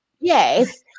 Yes